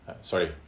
Sorry